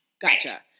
Gotcha